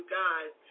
guys